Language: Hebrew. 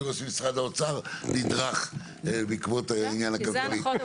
רואה שמשרד האוצר נדרך בעקבות העניין הכלכלי.